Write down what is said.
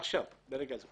עכשיו, ברגע זה.